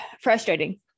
frustrating